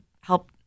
help